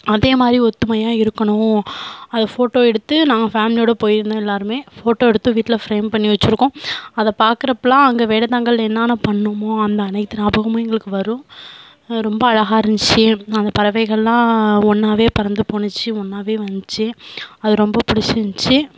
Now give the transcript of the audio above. அதே மாதிரி ஒத்துமையாக இருக்கணும் அதை ஃபோட்டோ எடுத்து நாங்கள் ஃபேமிலியோட போயிருந்தோம் எல்லாருமே ஃபோட்டோ எடுத்து வீட்டில ஃப்ரேம் பண்ணி வச்சிருக்கோம் அதை பார்க்குறப்பலாம் அங்கே வேடந்தாங்கல் என்னன்ன பண்ணோமோ அந்த அனைத்து ஞாபகமும் எங்களுக்கு வரும் ரொம்ப அழகாக இருந்துச்சு அந்த பறவைகள்லாம் ஒன்றாவே பறந்து போணுச்சு ஒன்றாவே வந்துச்சு அது ரொம்ப பிடிச்சிருந்துச்சு